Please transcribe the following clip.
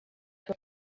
were